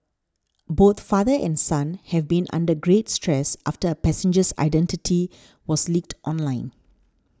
both father and son have been under great stress after the passenger's identity was leaked online